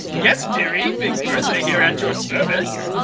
yes deary, big bertha here at your service!